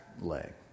leg